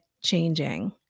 changing